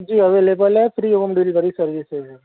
جی available ہے free home delivery services ہے